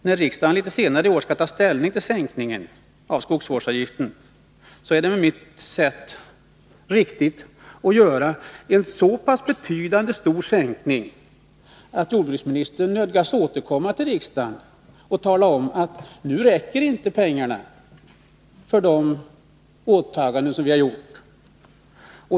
När riksdagen litet senare i år skall ta ställning till förslaget om en sänkning av skogsvårdsavgiften är det enligt mitt sätt att se riktigt att sänkningen blir så pass betydande att jordbruksministern nödgas återkomma till riksdagen och tala om att pengarna inte räcker till för de olika åtagandena.